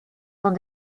dans